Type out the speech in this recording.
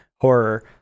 horror